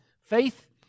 Faith